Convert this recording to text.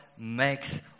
makes